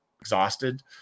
exhausted